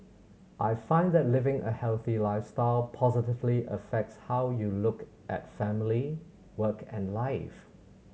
I find that living a healthy lifestyle positively affects how you look at family work and life